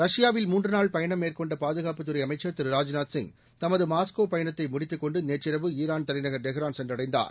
ரஷ்பாவில் மூன்று நாள் பயணம் மேற்கொண்ட பாதுகாப்புத்துறை அமைச்சா் திரு ராஜ்நாத்சிங் தமது மாஸ்கோ பயணத்தை முடித்துக் கொண்டு நேற்றிரவு ஈரான் தலைநகா் டெஹ்ரான் சென்றடைந்தார்